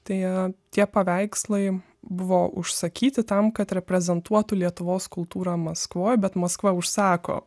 tai jie tie paveikslai buvo užsakyti tam kad reprezentuotų lietuvos kultūrą maskvoj bet maskva užsako